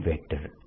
A